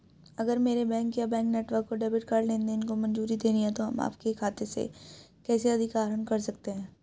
अगर मेरे बैंक या बैंक नेटवर्क को डेबिट कार्ड लेनदेन को मंजूरी देनी है तो हम आपके खाते से कैसे अधिक आहरण कर सकते हैं?